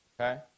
okay